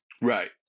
Right